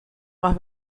más